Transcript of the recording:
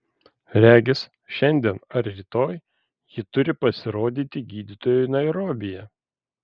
regis šiandien ar rytoj ji turi pasirodyti gydytojui nairobyje